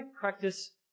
practice